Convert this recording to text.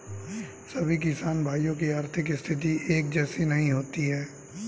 सभी किसान भाइयों की आर्थिक स्थिति एक जैसी नहीं होती है